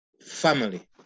family